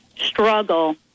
struggle